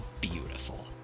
beautiful